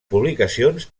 publicacions